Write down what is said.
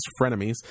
Frenemies